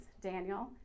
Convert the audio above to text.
Daniel